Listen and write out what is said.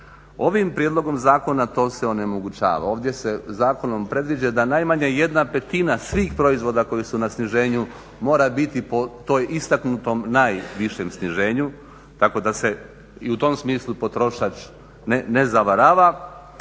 Ovim prijedlogom zakona to se onemogućava. Ovdje se zakonom predviđa da najmanje jedna petina svih proizvoda koji su na sniženju mora biti po toj, istaknutom najvišem sniženju tako da se i u tom smislu potrošač ne zavarava.